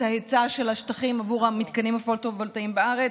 ההיצע של השטחים עבור המתקנים הפוטו-וולטאיים בארץ.